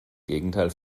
gegenteil